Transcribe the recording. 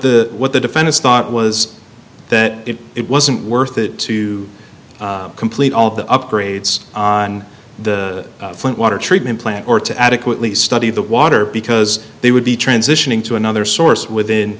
the what the defense thought was that it wasn't worth it to complete all the upgrades on the water treatment plant or to adequately study the water because they would be transitioning to another source within